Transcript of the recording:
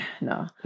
No